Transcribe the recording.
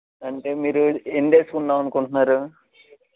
అంటే మీరు ఎన్ని డేస్కు ఉందామనుకుంటున్నారు